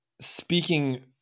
speaking